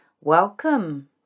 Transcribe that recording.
welcome